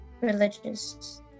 religious